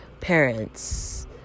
parents